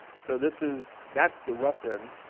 so this is that's the rough in.